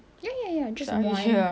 ya ya ya just only one